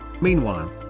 Meanwhile